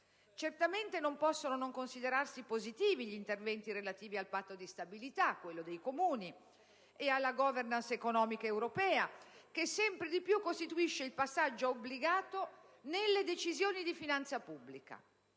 Certamente non possono non considerarsi positivi gli interventi relativi al Patto di stabilità, quello dei Comuni, e alla *governance* economica europea, che sempre di più costituisce il passaggio obbligato nelle decisioni di finanza pubblica.